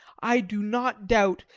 i do not doubt,